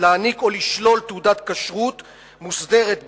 להעניק או לשלול תעודת כשרות מוסדרת בחוק,